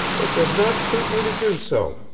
it does not suit me to do so,